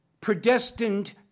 predestined